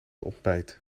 ontbijt